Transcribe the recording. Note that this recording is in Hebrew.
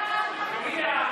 לוועדת הפנים והגנת הסביבה נתקבלה.